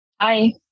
Hi